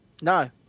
No